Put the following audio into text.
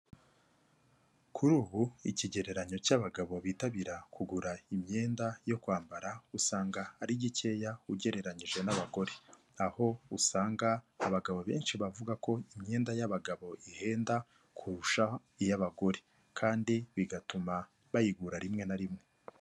Kuri ubu ikigereranyo cy'abagabo bitabira kugura imyenda yo kwambara usanga ari gikeya ugereranyije n'abagore, aho usanga abagabo benshi bavuga ko imyenda y'abagabo ihenda kurusha iy'abagore kandi bigatuma bayigura rimwe na rimwe.